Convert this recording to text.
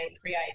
create